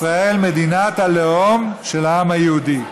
ישראל, מדינת הלאום של העם היהודי.